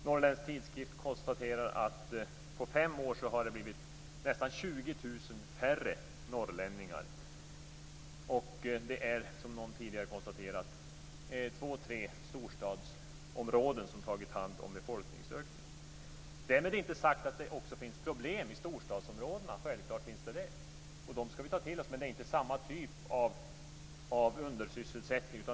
Norrländsk Tidskrift konstaterar att det på fem år har blivit nästan 20 000 färre norrlänningar. Det är, som någon tidigare konstaterat, två tre storstadsområden som tagit hand om befolkningsökningen. Därmed inte sagt att det inte också finns problem i storstadsområdena. Det finns det självklart. Det skall vi ta till oss. Men det är inte samma typ av undersysselsättning.